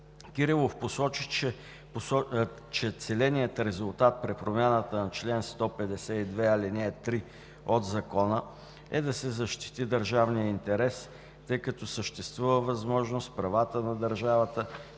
Кирилов посочи, че целеният резултат при промяната на чл. 152, ал. 3 от Закона е да се защити държавния интерес, тъй като съществува възможност правата на държавата